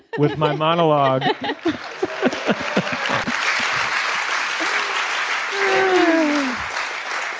with my monologue are